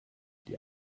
die